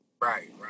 Right